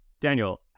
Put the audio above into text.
Daniel